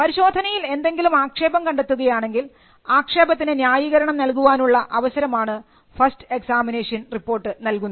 പരിശോധനയിൽ എന്തെങ്കിലും ആക്ഷേപം കണ്ടെത്തുകയാണെങ്കിൽ ആക്ഷേപത്തിന് ന്യായീകരണം നൽകുവാൻ ഉള്ള അവസരമാണ് ഫസ്റ്റ് എക്സാമിനേഷൻ റിപ്പോർട്ട് നൽകുന്നത്